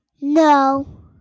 No